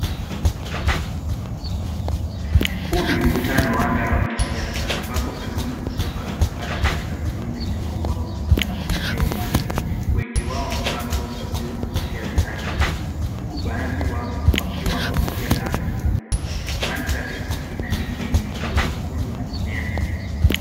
Huu ni mkutano wa hadhara wa kisiasa ambapo Kalonzo Musyoka amevaa shati la blue lenye maua anahutubia umati. Wengi wao wamevaa nguo za blue na kofia za rangi hio, huku baadhi wakiwa wamevalia kanzu nyeupe. Mandhari ina miti yenye maua mekundu na mimea mingine.